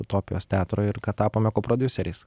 utopijos teatro ir ka tapome koprodiuseriais